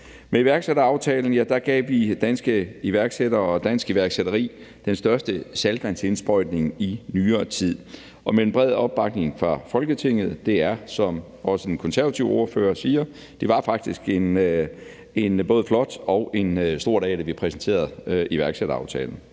Med iværksætteraftalen gav vi danske iværksættere og dansk iværksætteri den største saltvandsindsprøjtning i nyere tid og med en bred opbakning fra Folketinget. Det var, som også den konservative ordfører sagde, faktisk en både flot og stor dag, da vi præsenterede iværksætteraftalen.